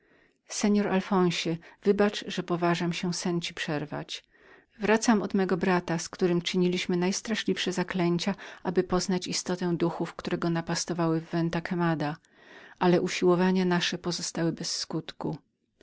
alfonsie wybacz że poważam się sen ci przerywać wracam od mego brata z którym czyniliśmy najstraszliwsze zaklęcia aby poznać istotę duchów które go napastowały w venta quemadaventa quemada ale usiłowania nasze pozostały bez skutku